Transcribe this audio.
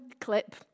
clip